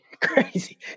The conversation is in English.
Crazy